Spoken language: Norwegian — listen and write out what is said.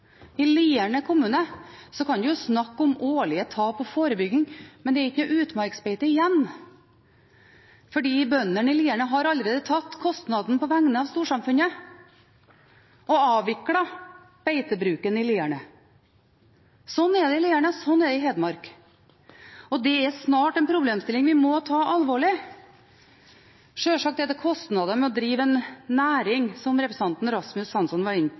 I Lierne kommune kan man snakke om årlige tap og forebygging, men det er ikke noen utmarksbeiter igjen, fordi bøndene i Lierne har allerede tatt kostnaden på vegne av storsamfunnet og avviklet beitebruken i Lierne. Slik er det i Lierne, og slik er det i Hedmark, og det er snart en problemstilling vi må ta alvorlig. Sjølsagt er det kostnader med å drive en næring, som representanten Rasmus Hansson var